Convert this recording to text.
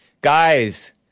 Guys